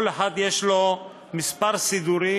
כל אחד יש לו מספר סידורי,